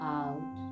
out